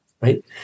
right